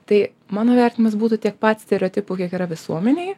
tai mano vertinimas būtų tiek pat stereotipų kiek yra visuomenėj